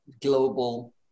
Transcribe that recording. global